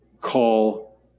call